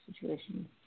situations